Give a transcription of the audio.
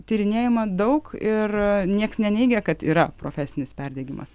tyrinėjama daug ir nieks neneigia kad yra profesinis perdegimas